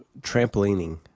Trampolining